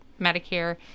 Medicare